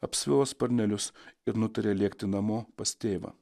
apsvilo sparnelius ir nutarė lėkti namo pas tėvą